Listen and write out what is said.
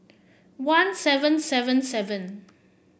one seven seven seven